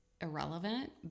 irrelevant